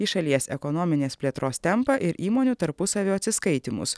į šalies ekonominės plėtros tempą ir įmonių tarpusavio atsiskaitymus